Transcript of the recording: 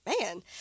man